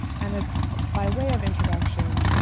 and as by way of introduction,